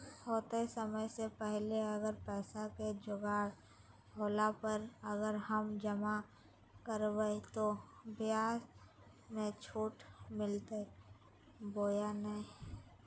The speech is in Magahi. होतय समय से पहले अगर पैसा के जोगाड़ होला पर, अगर हम जमा करबय तो, ब्याज मे छुट मिलते बोया नय?